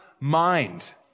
mind